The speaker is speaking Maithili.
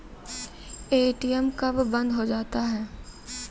ए.टी.एम कब बंद हो जाता हैं?